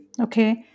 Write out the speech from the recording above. okay